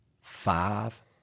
Five